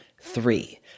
Three